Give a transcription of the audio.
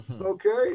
okay